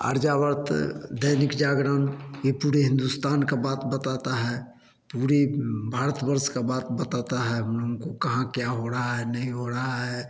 अर्जाव्रत दैनिक जागरण ये पूरे हिंदुस्तान का बात बताता है पूरे भारतवर्ष का बात बताता है हमको कहाँ क्या हो रहा है नहीं हो रहा है